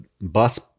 bus